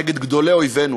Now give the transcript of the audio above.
נגד גדולי אויבינו,